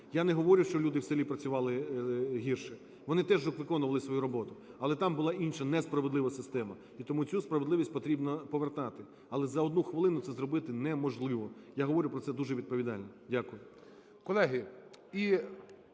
Я не говорю, що люди в селі працювали гірше, вони теж виконували свою роботу, але там була інша, несправедлива система, і тому цю справедливість потрібно повертати, але за одну хвилину це зробити неможливо, я говорю про це дуже відповідально. Дякую.